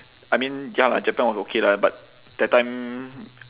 I mean ya japan was okay lah but that time